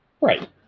Right